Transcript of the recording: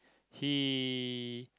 he